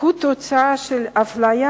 הוא תוצאה של אפליה